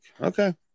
okay